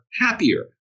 happier